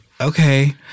okay